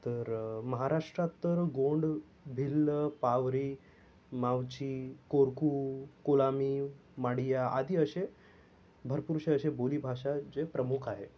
तर महाराष्ट्रात तर गोंड भिल्लं पावरी मावची कोरखू कोलामी माडिया आदी असे भरपूरसे असे बोलीभाषा जे प्रमुख आहे